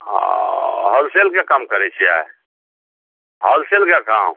हॉलसेलके काम करै छियै होलसेलके काम